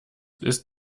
ist